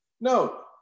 No